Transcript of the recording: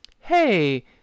Hey